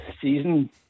season